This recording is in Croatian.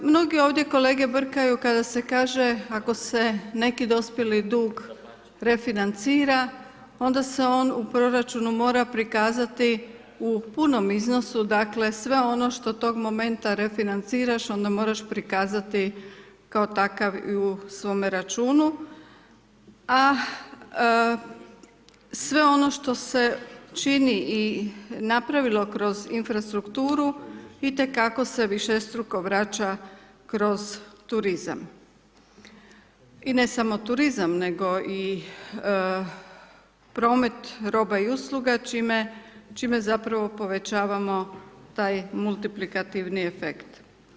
Mnogi ovdje kolege brkaju kada se kaže ako se neki dospjeli dug refinancira onda se on u proračunu mora prikazati u punom iznosu dakle sve ono što tog momenta refinanciraš onda moraš prikazati kao takav u svome računu, a sve ono što se čini i napravilo kroz infrastrukturu i te kako se višestruko vraća kroz turizma i ne samo turizam nego i promet roba i usluga čime zapravo povećavamo taj multiplikativni efekt.